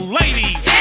ladies